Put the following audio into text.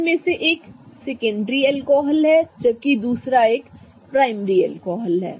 उनमें से एक सेकेंडरी एल्कोहल है जबकि दूसरा एक प्राइमरी एल्कोहल है